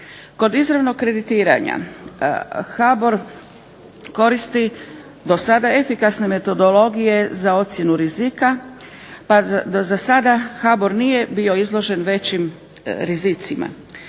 Kod izravnog kreditiranja HBOR koristi do sada efikasne metodologije za ocjenu rizika, pa da za sada HBOR nije bio izložen većim rizicima.